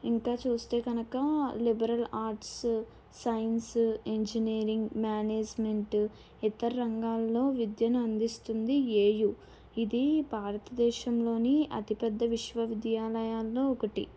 ఇంకా చూస్తే కనుక liberal arts science engineering management ఇతర రంగాల్లో విద్యను అందిస్తుంది ఏయు ఇది భారతదేశంలోని అతిపెద్ద విశ్వవిద్యాలయాల్లో ఒకటి